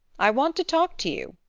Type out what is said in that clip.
i want to talk to you,